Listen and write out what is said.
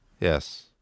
yes